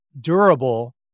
durable